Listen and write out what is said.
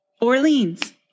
Orleans